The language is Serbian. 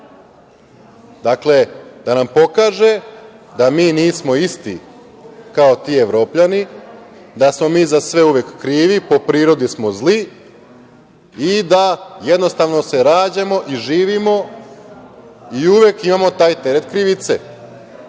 Dakle, da nam pokaže da mi nismo isti kao ti Evropljani, da smo mi za sve uvek krivi, po prirodi smo zli i da, jednostavno, se rađamo i živimo i uvek imamo taj teret krivice